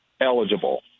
eligible